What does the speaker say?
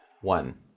one